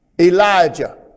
Elijah